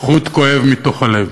חוט כואב מתוך הלב.